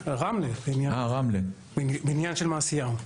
רמלה בעניין של מעשיהו.